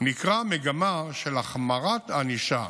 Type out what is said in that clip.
ניכרה מגמה של החמרת ענישה,